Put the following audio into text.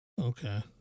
okay